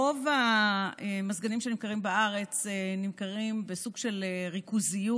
רוב המזגנים שנמכרים בארץ נמכרים בסוג של ריכוזיות.